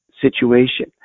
situation